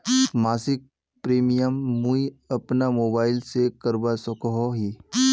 मासिक प्रीमियम मुई अपना मोबाईल से करवा सकोहो ही?